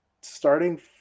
starting